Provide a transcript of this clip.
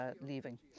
leaving